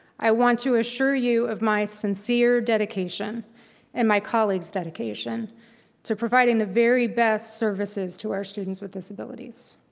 i want to assure you of my sincere dedication and my colleagues' dedication to providing the very best services to our students with disabilities.